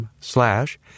slash